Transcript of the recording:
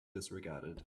disregarded